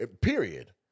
Period